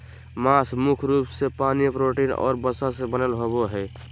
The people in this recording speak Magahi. मांस मुख्य रूप से पानी, प्रोटीन और वसा से बनल होबो हइ